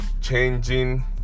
changing